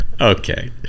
Okay